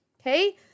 Okay